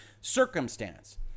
circumstance